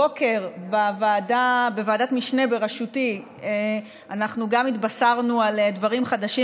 הבוקר בוועדת משנה בראשותי גם אנחנו התבשרנו על דברים חדשים,